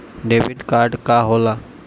Debit card का होला?